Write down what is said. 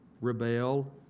rebel